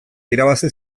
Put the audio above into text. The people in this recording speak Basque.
irabazi